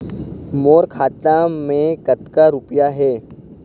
मोर खाता मैं कतक रुपया हे?